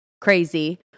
crazy